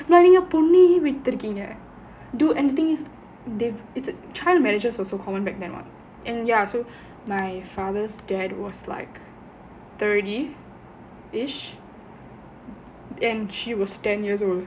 நல்ல பொண்ணையே வித்துருக்கீங்க:nalla ponnayae vithurukeenga and dude anything is they child marriages is also common back then [what] and ya so my father's dad was like thirty -and she was ten years old